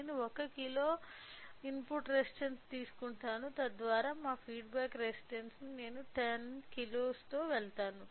నేను 1 కిలోల input resistance ను తీసుకుంటాను తద్వారా మా ఫీడ్బ్యాక్ రెసిస్టన్స్స్ ను నేను 10 కిలోలతో వెళ్తాను